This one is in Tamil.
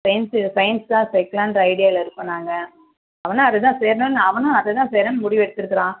சைன்ஸ் சைன்ஸ் தான் சேர்க்கலாம்ன்ற ஐடியாவில இருக்கோம் நாங்கள் அவனும் அதே தான் சேரணும்ன்னு அவனும் அதை தான் சேரணுன்னு முடிவு எடுத்துருக்கிறான்